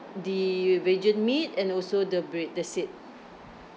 the vegan meat and also the bread that's it